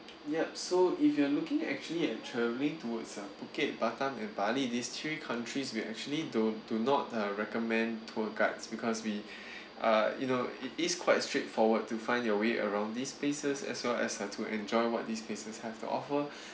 yup so if you're looking actually at travelling towards uh phuket batam and bali these three countries we actually don't do not uh recommend tour guides because we uh you know it is quite straightforward to find your way around these places as well as uh to enjoy what these places have to offer